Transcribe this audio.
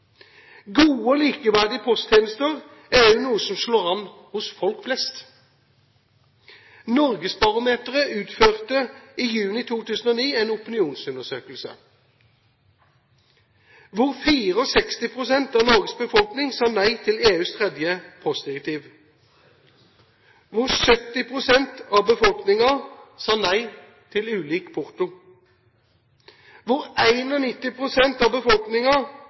Gode og likeverdige posttjenester er noe som slår an hos folk flest. NorgesBarometeret utførte i juni 2009 en opinionsundersøkelse hvor 64 pst. av Norges befolkning sa nei til EUs tredje postdirektiv, hvor 70 pst. av befolkningen sa nei til ulik porto, hvor 91 pst. av